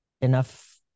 enough